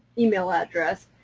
e-mail address.